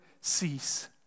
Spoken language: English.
cease